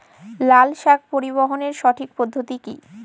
লালশাক পরিবহনের সঠিক পদ্ধতি কি?